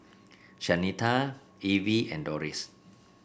Shanita Evie and Doris